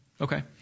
Okay